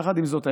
יחד עם זאת,